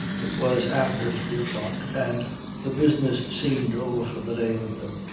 it was after three o'clock and the business seemed over for the day with them.